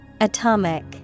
Atomic